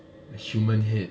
a human head